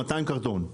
200 קרטונים,